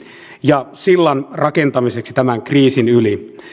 ja sillan rakentamiseksi tämän kriisin yli